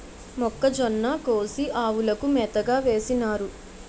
మొక్కజొన్న కోసి ఆవులకు మేతగా వేసినారు